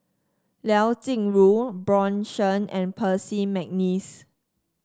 Liao Jingru Bjorn Shen and Percy McNeice